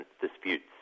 Disputes